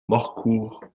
morcourt